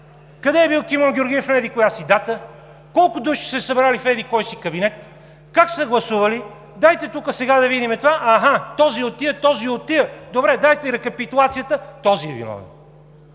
къде е бил Кимон Георгиев на еди-коя си дата, колко души са се събрали в еди-кой си кабинет, как са гласували! Дайте тук сега да видим това! Аха, този е от тия, този от тия, добре, дайте рекапитулацията – този е виновен!